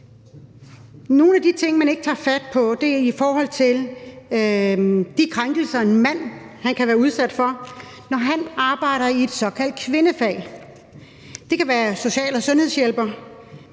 Nogle af de ting, man ikke tager fat på, handler om de krænkelser, en mand kan være udsat for, når han arbejder i et såkaldt kvindefag. Det kan være som social- og sundhedshjælper,